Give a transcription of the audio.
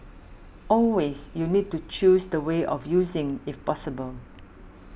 always you need to choose the way of using if possible